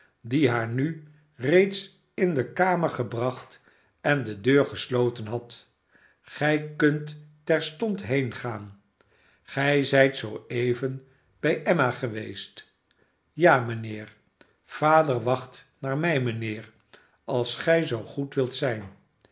die haar nu reeds in de kamer gebracht en de deur gesloten had gij kunt terstond heengaan gij zijt zoo even bij emma geweest ja mijnheer vader wacht naar mij mijnheer als gij zoo goed wilt zijn